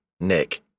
Nick